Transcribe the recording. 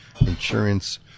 insurance